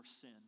sin